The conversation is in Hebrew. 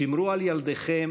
שמרו על ילדיכם,